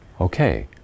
Okay